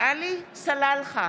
עלי סלאלחה,